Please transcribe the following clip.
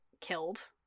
killed